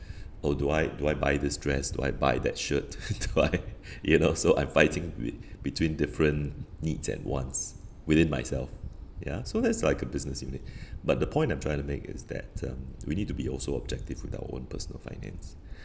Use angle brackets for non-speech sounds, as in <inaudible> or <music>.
oh do I do I buy this dress do I buy that shirt <laughs> do I you know so I'm fighting with between different needs and wants within myself ya so that's like a business unit but the point I'm trying to make is that um we need to be also objective with our own personal finance